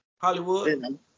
Hollywood